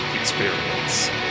experience